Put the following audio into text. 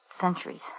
centuries